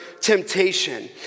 temptation